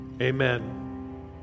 Amen